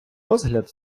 розгляд